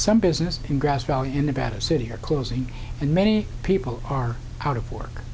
some business in grass valley in about a city are closing and many people are out of work